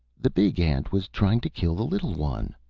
the big ant was trying to kill the little one.